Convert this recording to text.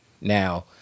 Now